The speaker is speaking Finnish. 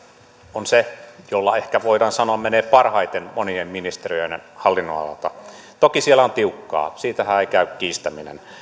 on se jolla voidaan ehkä sanoa menevän parhaiten monien ministeriöiden hallinnonaloista toki siellä on tiukkaa sitähän ei käy kiistäminen